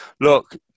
Look